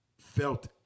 felt